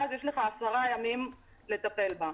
ואז יש לך 10 ימים לטפל בה.